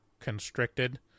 constricted